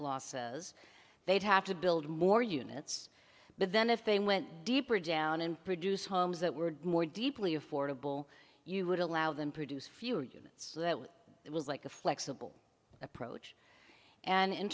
losses they'd have to build more units but then if they went deeper down and produce homes that were more deeply affordable you would allow them to produce fewer units that it was like a flexible approach and in